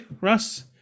Russ